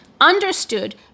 understood